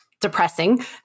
depressing